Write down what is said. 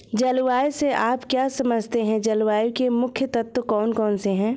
जलवायु से आप क्या समझते हैं जलवायु के मुख्य तत्व कौन कौन से हैं?